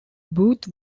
booth